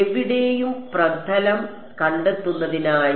എവിടെയും പ്രഥലം കണ്ടെത്തുന്നതിനായി